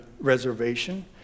reservation